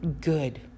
good